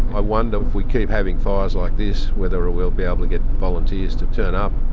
i wonder we keep having fires like this whether ah we'll be able to get volunteers to turn up.